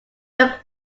look